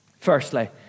Firstly